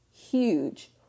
huge